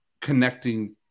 connecting